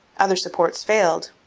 other supports failed.